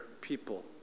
people